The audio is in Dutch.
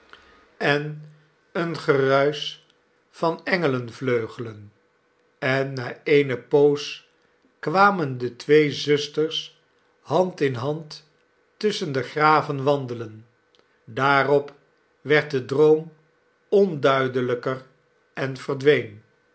en een genelly ruisch van engelenvleugelen en na eene poos kwamen de twee zusters hand in hand tusschen de graven wandelen daarop werd de droom onduidelijker en verdween